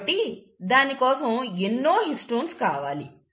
కాబట్టి దానికోసం ఎన్నో హిస్టోన్స్ కావాలి